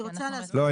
לא.